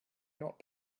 not